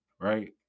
right